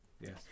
Yes